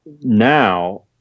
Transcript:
now